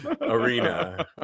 arena